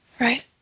right